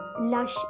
lush